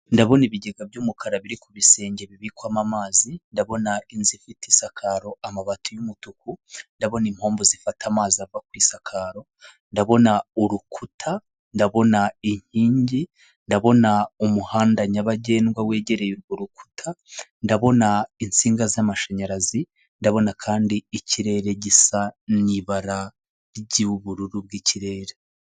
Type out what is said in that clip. Ndabona ibigega by'umukara biri ku bisenge bibikwamo amazi, ndabona inzu ifite isakaro amabati y'umutuku, ndabona impombo zifata amazi ava ku isakaro, ndabona urukuta, ndabona inkingi, ndabona umuhanda nyabagendwa wegereye urwo rukuta, ndabona insinga zamashanyarazi, ndabona kandi ikirere gisa n'ibara ry'ubururu bw'ikirere.